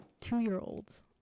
two-year-olds